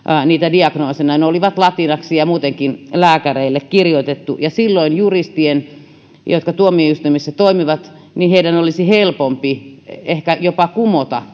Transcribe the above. niitä diagnooseja ne olivat latinaksi ja muutenkin lääkäreille kirjoitettu että juristien jotka tuomioistuimissa toimivat olisi helpompi ehkä jopa kumota